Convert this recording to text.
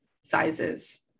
sizes